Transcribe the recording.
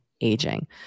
aging